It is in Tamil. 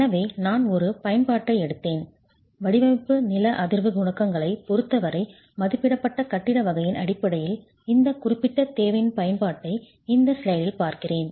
எனவே நான் ஒரு பயன்பாட்டை எடுத்தேன் வடிவமைப்பு நில அதிர்வு குணகங்களைப் பொருத்தவரை மதிப்பிடப்பட்ட கட்டிட வகையின் அடிப்படையில் இந்த குறிப்பிட்ட தேவையின் பயன்பாட்டை இந்த ஸ்லைடில் பார்க்கிறேன்